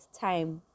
time